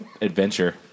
adventure